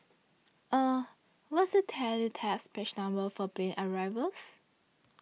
eh what's the teletext page number for plane arrivals